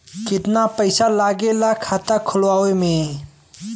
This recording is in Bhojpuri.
कितना पैसा लागेला खाता खोलवावे में?